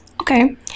Okay